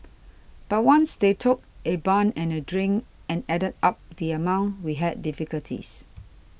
but once they took a bun and a drink and added up the amount we had difficulties